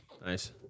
Nice